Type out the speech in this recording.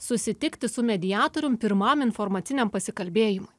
susitikti su mediatorium pirmam informaciniam pasikalbėjimui